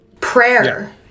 Prayer